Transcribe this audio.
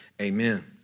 Amen